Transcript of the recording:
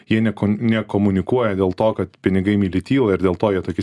jie nekon nekomunikuoja dėl to kad pinigai myli tylą ir dėl to jie tokie